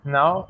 Now